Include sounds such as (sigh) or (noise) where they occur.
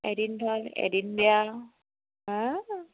এদিন (unintelligible) এদিন বেয়া হা